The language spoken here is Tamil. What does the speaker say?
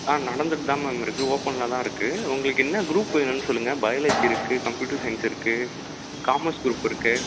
ஆ நடந்துகிட்டு தான் மேம் இருக்குது ஓப்பனில் தான் இருக்குது உங்களுக்கு என்ன குரூப் வேணுன்னு சொல்லுங்கள் பயாலஜி இருக்குது கம்ப்யூட்டர் சையின்ஸ் இருக்குது காமர்ஸ் குரூப் இருக்குது